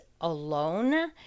alone